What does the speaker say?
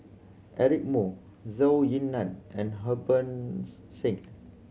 Eric Moo Zhou Ying Nan and Harbans Singh